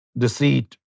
Deceit